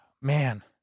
Man